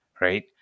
Right